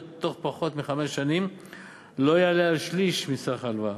בתוך פחות מחמש שנים לא יעלה על שליש מסך ההלוואה.